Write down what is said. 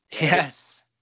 Yes